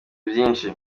byinshi